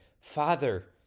Father